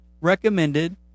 recommended